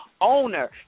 owner